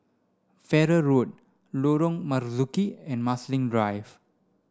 Farrer Road Lorong Marzuki and Marsiling Drive